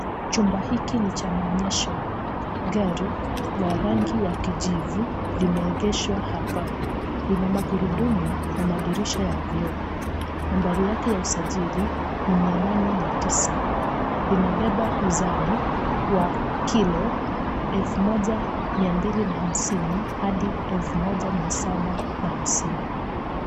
Chumba hiki ni cha maonyesho. Gari, la rangi ya kijivu, limeegeshwa hapa. Lina magurudumu na madirisha ya vioo. Nambari yake ya usajili ni,809.Linabeba uzani wa kilo, elfu moja mia mbili na hamsini ,hadi elfu moja mia saba na hamsini.